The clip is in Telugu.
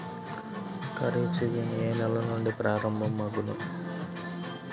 ఖరీఫ్ సీజన్ ఏ నెల నుండి ప్రారంభం అగును?